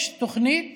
יש תוכנית